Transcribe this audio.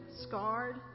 scarred